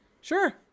Sure